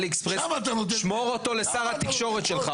עלי אקספרס שמור אותו לשר התקשורת שלך,